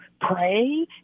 pray